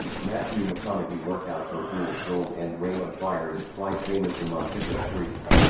matthew mcconaughey workout for fools gold and reign of fire is quite famous among fitness freaks.